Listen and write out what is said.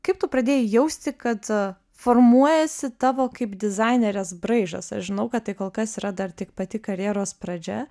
kaip tu pradėjai jausti kad formuojasi tavo kaip dizainerės braižas aš žinau kad tai kol kas yra dar tik pati karjeros pradžia